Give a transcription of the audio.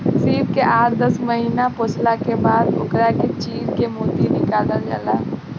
सीप के आठ दस महिना पोसला के बाद ओकरा के चीर के मोती निकालल जाला